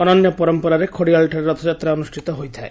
ଅନନ୍ୟ ପରମ୍ପରାରେ ଖଡିଆଳ ଠାରେ ରଥଯାତ୍ରା ଅନୁଷ୍ଷିତ ହୋଇଥାଏ